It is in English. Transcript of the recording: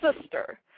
sister